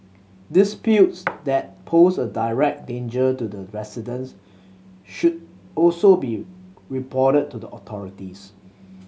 disputes that pose a direct danger to the residents should also be reported to the authorities